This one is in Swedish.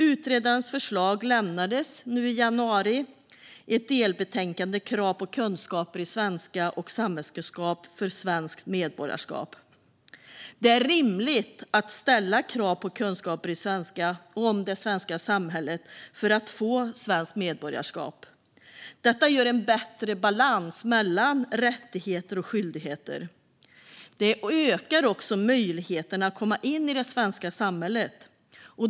Utredarens förslag lämnades nu i januari i delbetänkandet Krav på kunskaper i s v enska och samhällskunskap för svenskt medborgarskap . Det är rimligt att ställa krav på kunskaper i svenska och om det svenska samhället för att få svenskt medborgarskap. Det ger en bättre balans mellan rättigheter och skyldigheter. Det ökar också möjligheterna att komma in i det svenska samhället.